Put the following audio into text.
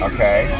Okay